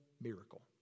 miracle